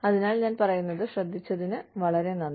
അതിനാൽ ഞാൻ പറയുന്നത് ശ്രദ്ധിച്ചതിന് വളരെ നന്ദി